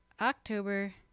October